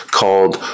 called